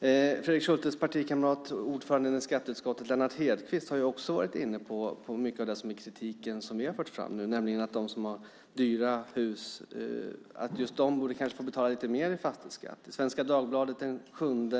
Fredrik Schultes partikamrat, ordföranden i skatteutskottet, Lennart Hedquist har också varit inne på mycket av den kritik som vi har fört fram nu, nämligen att de som har dyra hus kanske borde få betala lite mer i fastighetsskatt. I Svenska Dagbladet den 7